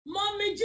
Mommy